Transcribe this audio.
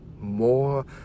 more